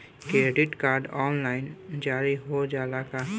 Credit card online जारी हो जाला का?